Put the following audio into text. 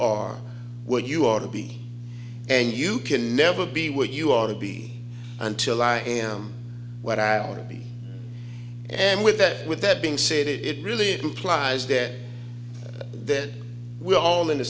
are what you ought to be and you can never be what you are to be until i am what i want to be and with that with that being said it really implies there that we all in the